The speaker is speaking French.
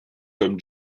comme